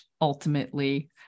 ultimately-